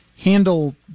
handle